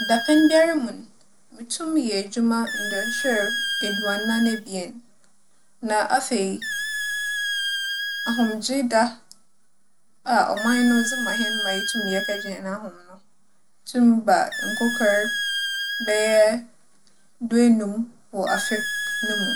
Dapɛn biara mu no, mutum yɛ edwuma ndͻnhwer eduanan ebien. Na afei, ahomgyeeda a ͻman no dze ma hɛn ma yetum yɛkɛgye hɛn ahom no tum ba nkorkor bɛyɛ duenum wͻ afe k - no mu.